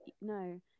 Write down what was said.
No